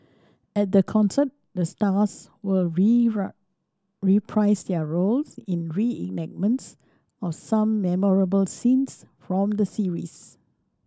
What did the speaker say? at the concert the stars will reprise their roles in reenactments of some memorable scenes from the series